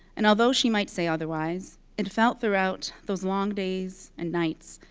and although she might say otherwise, it felt throughout those long days and nights,